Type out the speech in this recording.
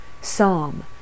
Psalm